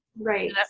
right